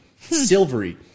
silvery